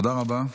תודה רבה.